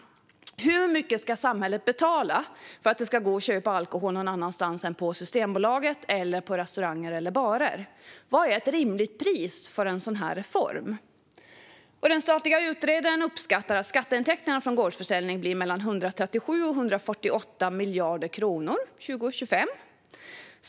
Hur mycket ska samhället betala för att det ska gå och köpa alkohol någon annanstans än på Systembolaget eller på restauranger och barer? Vad är ett rimligt pris för en sådan reform? Den statliga utredaren uppskattar skatteintäkterna från gårdsförsäljning till mellan 137 och 148 miljoner kronor år 2025.